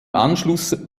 anschluss